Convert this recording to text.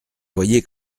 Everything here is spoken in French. voyez